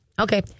Okay